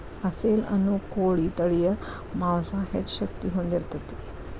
ಅಸೇಲ ಅನ್ನು ಕೋಳಿ ತಳಿಯ ಮಾಂಸಾ ಹೆಚ್ಚ ಶಕ್ತಿ ಹೊಂದಿರತತಿ